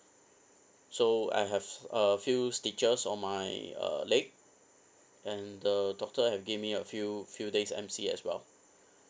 so I have a few stitches on my uh leg and the doctor have give me a few few days M_C as well